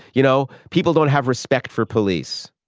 you know, people don't have respect for police.